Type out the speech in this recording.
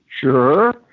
Sure